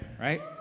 right